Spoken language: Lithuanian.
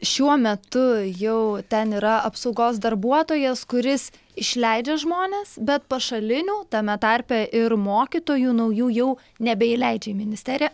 šiuo metu jau ten yra apsaugos darbuotojas kuris išleidžia žmones bet pašalinių tame tarpe ir mokytojų naujų jau nebeįleidžia į ministeriją